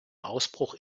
ausbruch